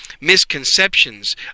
misconceptions